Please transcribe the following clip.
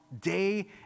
day